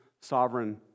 sovereign